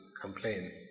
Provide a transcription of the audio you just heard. complain